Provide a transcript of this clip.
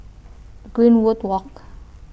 Greenwood Walk